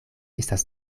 estas